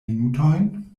minutojn